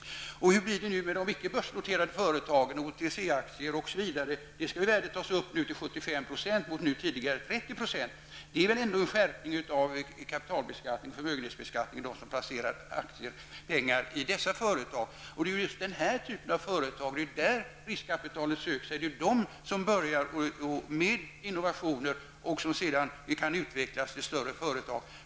Hur blir det nu med de icke börsnoterade företagen, OTC-aktier osv.? Värdet av dessa skall nu tas upp till 75% vid beskattning mot tidigare 30%. Det är väl ändå en skärpning av kapitalbeskattning och förmögenhetsbeskattning för dem som har placerat pengar i dessa företag? Det är just till dessa företag som riskkapitalet söker sig. Det är dessa företag som börjar med innovationer och sedan kan utvecklas till större företag.